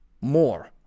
more